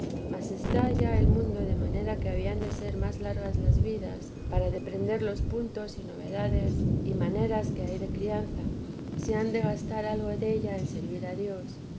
mas está ya el mundo de manera que habían de ser más largas las vidas para deprender los puntos y novedades y maneras que hay de crianza si han de gastar algo della en servir a dios